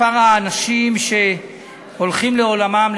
מספר האנשים שהולכים לעולמם,